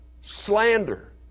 slander